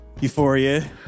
Euphoria